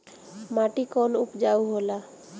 माटी कौन उपजाऊ होला?